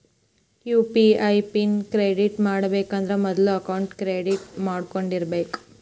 UPI pin create ಮಾಡಬೇಕಂದ್ರ ಮೊದ್ಲ account create ಮಾಡ್ಕೊಂಡಿರಬೆಕ್